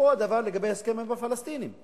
פה הדבר לגבי הסכם עם הפלסטינים.